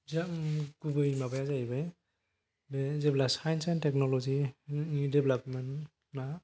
जों गुबै माबाय जाहैबाय बे जेब्ला साइन्स एन्ड टेकन'लजिनि देभ्लापमेन्टन आ